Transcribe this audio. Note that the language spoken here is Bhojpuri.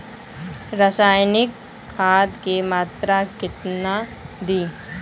रसायनिक खाद के मात्रा केतना दी?